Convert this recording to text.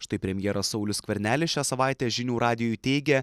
štai premjeras saulius skvernelis šią savaitę žinių radijui teigė